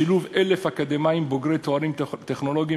תוכנית תלת-שנתית לשילוב 1,000 אקדמאים בעלי תארים טכנולוגיים